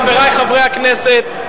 חברי חברי הכנסת,